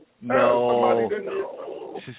No